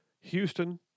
Houston